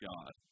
God